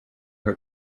her